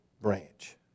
branch